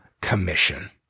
commission